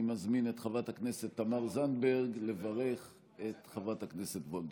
אני מזמין את חברת הכנסת תמר זנדברג לברך את חברת הכנסת וולדיגר.